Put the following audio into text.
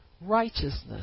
righteousness